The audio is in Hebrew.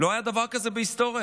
לא היה דבר כזה בהיסטוריה,